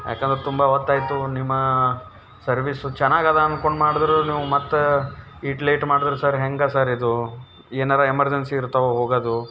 ಏಕೆಂದ್ರೆ ತುಂಬ ಹೊತ್ತಾಯಿತು ನಿಮ್ಮ ಸರ್ವೀಸು ಚೆನ್ನಾಗಿದೆ ಅದ್ಕೊಂಡು ಮಾಡ್ದ್ರೆ ನೀವು ಮತ್ತು ಈಟ್ ಲೇಟ್ ಮಾಡಿದ್ರೆ ಸರ್ ಹೆಂಗೆ ಸರ್ ಇದು ಏನಾದ್ರು ಎಮರ್ಜನ್ಸಿ ಇರ್ತಾವ ಹೋಗೋದು